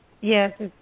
yes